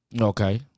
Okay